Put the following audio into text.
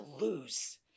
lose